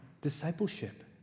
discipleship